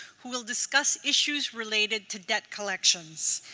who will discuss issues related to debt collections.